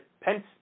Pence